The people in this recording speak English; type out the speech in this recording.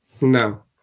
No